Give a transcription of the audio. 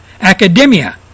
Academia